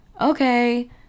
okay